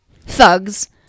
thugs